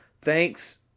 Thanks